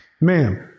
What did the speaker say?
Ma'am